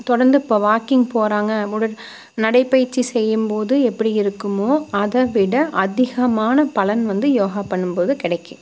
தொடர்ந்து இப்போ வாக்கிங் போகறாங்க உடற் நடைபயிற்சி செய்யும்போது எப்படி இருக்குமோ அதை விட அதிகமான பலன் வந்து யோகா பண்ணும்போது கிடைக்கி